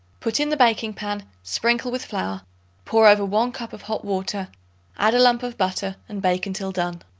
put in the baking-pan, sprinkle with flour pour over one cup of hot water add a lump of butter and bake until done.